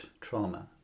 trauma